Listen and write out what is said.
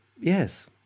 yes